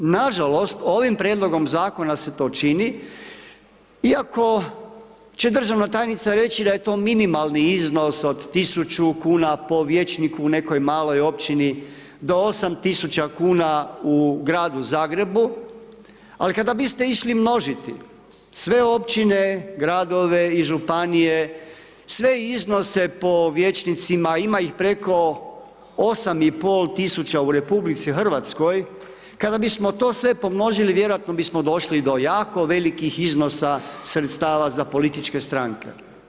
Nažalost, ovim prijedlogom zakona se to čini iako će državna tajnica reći da je to minimalni iznos od 1000 kn po vijećniku u nekoj maloj općini do 8000 kn u gradu Zagrebu ali kada biste išli množiti sve općine, gradove i županije, sve iznose po vijećnicima, ima ih preko 8 i pol tisuća u RH, kada bismo to sve pomnožili, vjerojatno bismo došli do jako velikih iznosa sredstava za političke stranke.